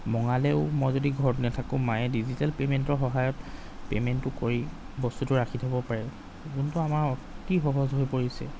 মঙালেও মই যদি ঘৰত নাথাকো মায়ে ডিজিটেল পেমেন্টৰ সহায়ত পেমেন্টটো কৰি বস্তুটো ৰাখি থ'ব পাৰে যোনটো আমাৰ অতি সহজ হৈ পৰিছে